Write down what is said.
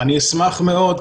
אני אשמח מאוד,